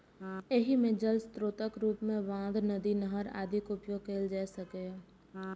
एहि मे जल स्रोतक रूप मे बांध, नदी, नहर आदिक उपयोग कैल जा सकैए